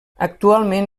actualment